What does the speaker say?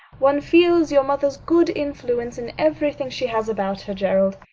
one feels your mother's good influence in everything she has about her, gerald.